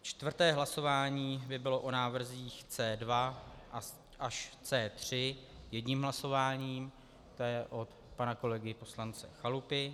Čtvrté hlasování by bylo o návrzích C2 až C3 jedním hlasováním, to je od pana kolegy poslance Chalupy.